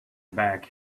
back